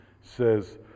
says